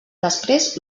després